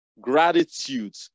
Gratitude